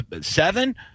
Seven